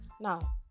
now